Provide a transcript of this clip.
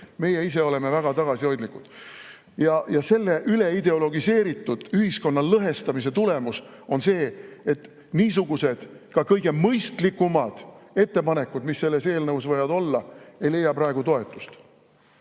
Meie ise oleme väga tagasihoidlikud. Selle üleideologiseeritud ühiskonna lõhestamise tulemus on see, et ka kõige mõistlikumad ettepanekud, mis selles eelnõus võivad olla, ei leia praegu toetust.